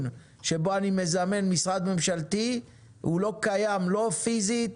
שבו אני משזמן משרד ממשלתי והוא לא קיים לא פיזית,